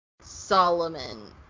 Solomon